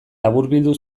laburbildu